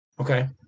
Okay